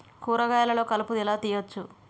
కూరగాయలలో కలుపు ఎలా తీయచ్చు?